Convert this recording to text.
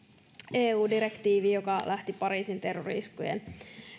eu direktiivi joka lähti pariisin terrori iskujen